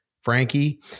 Frankie